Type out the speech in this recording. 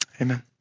amen